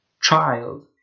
child